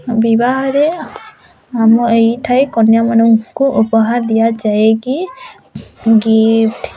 ବିବାହରେ ଆମ ଏଇଠାଏ କନ୍ୟାମାନଙ୍କୁ ଉପହାର ଦିଆଯାଏ କି ଗିଫ୍ଟ